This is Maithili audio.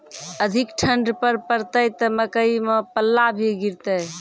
अधिक ठंड पर पड़तैत मकई मां पल्ला भी गिरते?